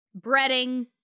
breading